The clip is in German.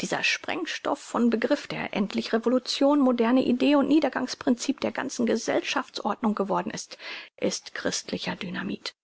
dieser sprengstoff von begriff der endlich revolution moderne idee und niedergangs princip der ganzen gesellschafts ordnung geworden ist ist christlicher dynamit